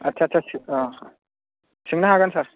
आदसासा सोंनो हागोन सार